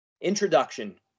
Introduction